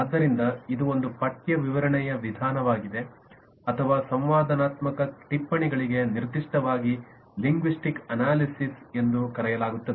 ಆದ್ದರಿಂದ ಇದು ಒಂದು ಪಠ್ಯ ವಿವರಣೆಯ ವಿಧಾನವಾಗಿದೆ ಅಥವಾ ಸಂವಾದಾತ್ಮಕ ಟಿಪ್ಪಣಿಗಳಿಗೆ ನಿರ್ದಿಷ್ಟವಾಗಿ ಲಿಂಗ್ವಿಸ್ಟಿಕ್ ಅನಾಲಿಸಿಸ್ ಎಂದು ಕರೆಯಲಾಗುತ್ತದೆ